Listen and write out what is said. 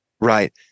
right